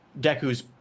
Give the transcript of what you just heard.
Deku's